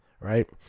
right